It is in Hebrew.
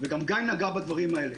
וגם גיא נגע בדברים האלה